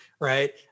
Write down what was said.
right